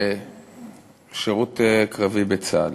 לשירות קרבי בצה"ל.